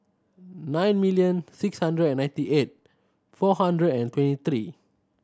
nine million six hundred and ninety eight four hundred and twenty three